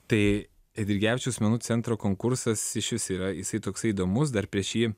tai eidrigevičiaus menų centro konkursas iš vis yra jisai toks įdomus dar prieš jį